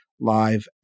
live